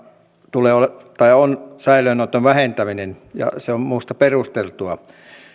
on säilöönoton vähentäminen ja se on minusta perusteltua